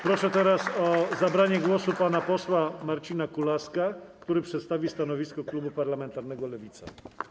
Proszę teraz o zabranie głosu pana posła Marcina Kulaska, który przedstawi stanowisko klubu parlamentarnego Lewica.